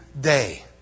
day